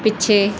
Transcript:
ਪਿੱਛੇ